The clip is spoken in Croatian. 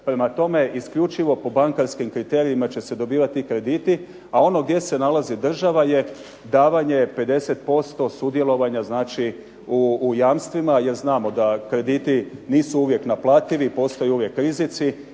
Prema tome, isključivo po bankarskim kriterijima će se dobivati krediti, a ono gdje se nalazi država je davanje 50% sudjelovanja znači u jamstvima jer znamo da krediti nisu uvijek naplativi, postoje uvijek rizici.